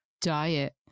diet